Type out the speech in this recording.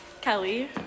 Kelly